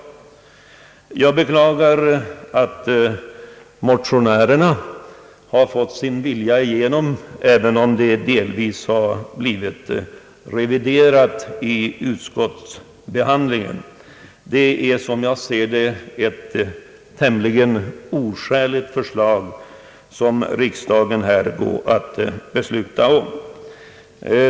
Jag beklagar att motionärerna nu har fått sin vilja igenom, även om det delvis skett en revision vid utskottsbehandlingen. Som jag ser det är det ett tämligen oskäligt förslag som riksdagen här går att besluta om.